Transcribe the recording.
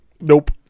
Nope